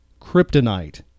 kryptonite